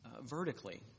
vertically